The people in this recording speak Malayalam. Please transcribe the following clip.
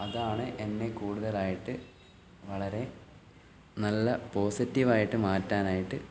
അതാണ് എന്നെ കൂടുതലായിട്ട് വളരെ നല്ല പോസിറ്റീവ് ആയിട്ട് മാറ്റാനായിട്ട്